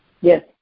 Yes